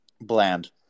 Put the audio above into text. bland